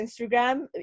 Instagram